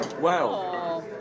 Wow